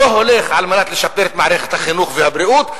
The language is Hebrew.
לא הולך על מנת לשפר את מערכת החינוך והבריאות,